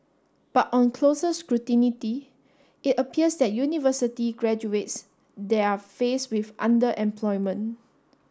but on closer scrutiny it appears that university graduates there are face with underemployment